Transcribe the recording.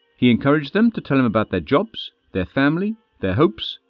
he encouraged them to tell him about their jobs, their family, their hopes,